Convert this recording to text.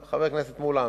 לפרוטוקול.